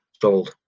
sold